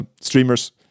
streamers